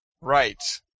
Right